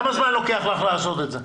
כמה זמן לוקח לך לעשות את זה?